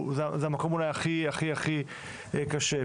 זה המקום אולי הכי הכי קשה.